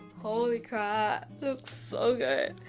holy crap, look so good.